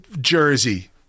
jersey